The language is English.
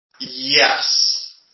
Yes